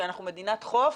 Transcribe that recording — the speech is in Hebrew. ואנחנו מדינת חוף,